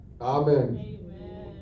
amen